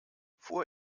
vor